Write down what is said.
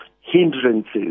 hindrances